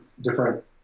different